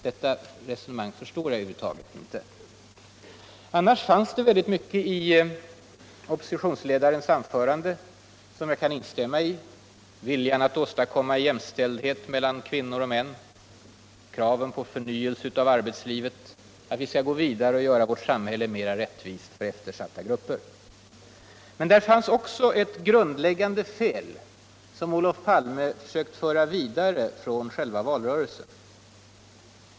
Detta resonemang förstär jag över huvud taget inte, Annars fanns det mycket i oppositlonsledarens anförande som jag kan instämnmia i: viljan att åstadkomma jämstvälldhet meltan kvinnor och män. kraven på förnyelse av arbetslivet och att vi skill gå vidare och göra värt samhille mera rätivist för eftersatta grupper. Men där fanns också ett grundläggande fel. som ÖOlof Palme har sökt föra vidare från själva valrörelsen.